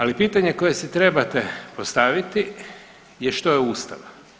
Ali pitanje koje si trebate postaviti je što je Ustav?